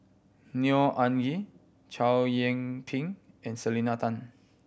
Neo Anngee Chow Yian Ping and Selena Tan